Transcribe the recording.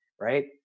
Right